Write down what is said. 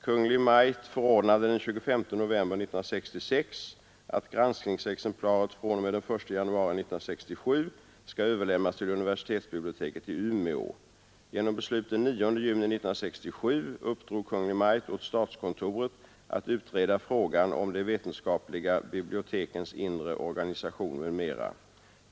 Kungl. Maj:t förordnade den 25 november 1966 att granskningsexemplaret fr.o.m. den 1 januari 1967 skall överlämnas till universitetsbiblioteket i Umeå. Genom beslut den 9 juni 1967 uppdrog Kungl. Maj:t åt statskontoret att utreda frågan om de vetenskapliga bibliotekens inre Organisation m.m.